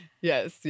yes